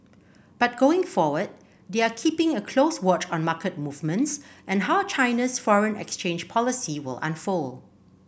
but going forward they are keeping a close watch on market movements and how China's foreign exchange policy will unfold